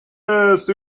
asked